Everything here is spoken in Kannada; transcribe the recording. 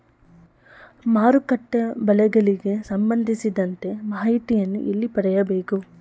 ಮಾರುಕಟ್ಟೆ ಬೆಲೆಗಳಿಗೆ ಸಂಬಂಧಿಸಿದಂತೆ ಮಾಹಿತಿಯನ್ನು ಎಲ್ಲಿ ಪಡೆಯಬೇಕು?